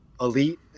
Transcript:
elite